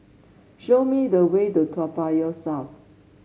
show me the way to Toa Payoh South